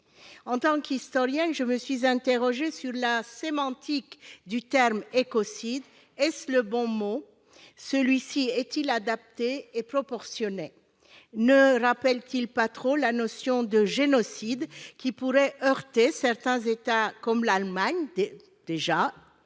En tant qu'historienne, je me suis interrogée sur la sémantique du terme « écocide ». S'agit-il du bon mot ? Celui-ci est-il adapté et proportionné ? Ne rappelle-t-il pas trop la notion de génocide, ce qui pourrait déplaire à certains États, comme l'Allemagne,